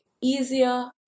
easier